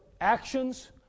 actions